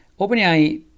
OpenAI